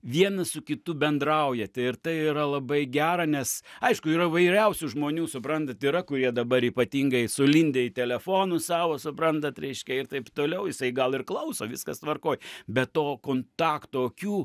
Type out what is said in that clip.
vienas su kitu bendraujat ir tai yra labai gera nes aišku yra įvairiausių žmonių suprantat yra kurie dabar ypatingai sulindę į telefonus savo suprantat reiškia ir taip toliau jisai gal ir klauso viskas tvarkoj be to kontakto akių